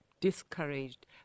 discouraged